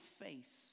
face